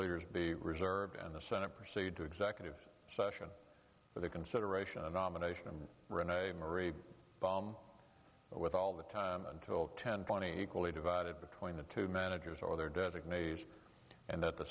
leaders be reserved and the senate proceed to executive session for the consideration of nomination and rene marie with all the time until ten twenty equally divided between the two managers or their designate and that the